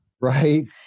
Right